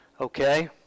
Okay